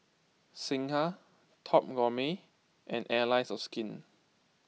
Singha Top Gourmet and Allies of Skin